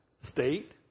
state